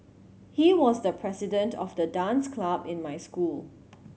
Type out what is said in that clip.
he was the president of the dance club in my school